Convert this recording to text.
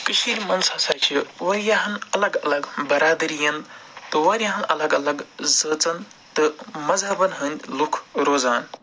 کٔشیٖر مَنٛز ہَسا چھِ واریاہَن الگ الگ بَرادٔریَن تہٕ واریاہَن الگ الگ زٲژَن تہٕ مَذہَبَن ہٕنٛد لُکھ روزان